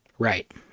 Right